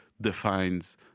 defines